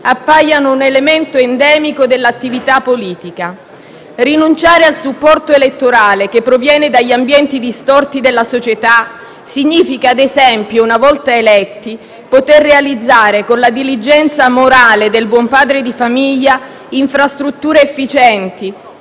appaiano un elemento endemico dell'attività politica. Rinunciare al supporto elettorale che proviene dagli ambienti distorti della società significa, ad esempio, una volta eletti, poter realizzare con la diligenza morale del buon padre di famiglia infrastrutture efficienti,